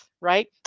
right